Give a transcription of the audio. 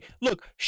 Look